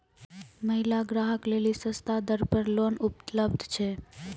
महिला ग्राहक लेली सस्ता दर पर लोन उपलब्ध छै?